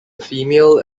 female